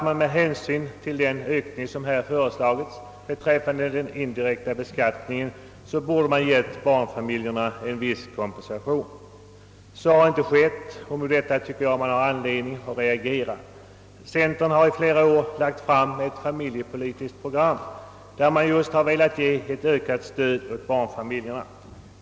Med hänsyn till den ök ning som här föreslagits beträffande den indirekta beskattningen borde man ha givit barnfamiljerna en viss kompensation. Så har emellertid inte skett, och däremot har man anledning att reagera. Centerpartiet har under flera år lagt fram ett familjepolitiskt program, med hjälp av vilket man har velat ge ett ökat stöd åt barnfamiljerna.